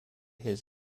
his